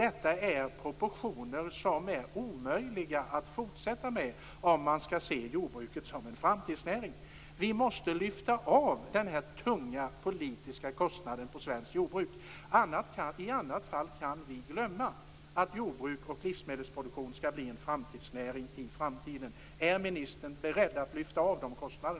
Detta är proportioner som är omöjliga att ha i fortsättningen om man skall se jordbruket som en framtidsnäring. Vi måste lyfta av denna tunga politiska kostnaden från svenskt jordbruk. I annat fall kan vi glömma att jordbruk och livsmedelsproduktion skall bli framtidsnäringar. Är ministern beredd att lyfta av dessa kostnader?